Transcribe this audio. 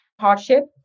hardship